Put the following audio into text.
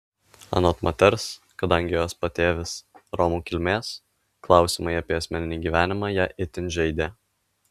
anot moters kadangi jos patėvis romų kilmės klausimai apie asmeninį gyvenimą ją itin žeidė